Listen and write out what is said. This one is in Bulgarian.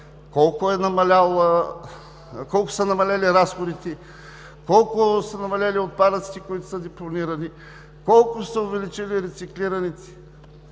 колко са намалели разходите, колко са намалели отпадъците, които са депонирани, колко са се увеличили рециклираните?